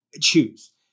Choose